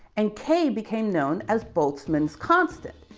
and k became known as bolzmann's constant,